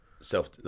self